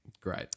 Great